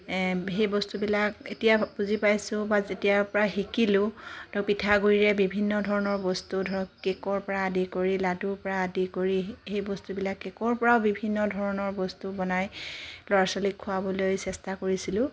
সেই বস্তুবিলাক এতিয়া বুজি পাইছোঁ বা যেতিয়াৰ পৰা শিকিলোঁ ত পিঠাগুড়িৰে বিভিন্ন ধৰণৰ বস্তু ধৰক কেকৰ পৰা আদি কৰি লাডু পৰা আদি কৰি সেই বস্তুবিলাক কেকৰ পৰাও বিভিন্ন ধৰণৰ বস্তু বনাই ল'ৰা ছোৱালীক খোৱাবলৈ চেষ্টা কৰিছিলোঁ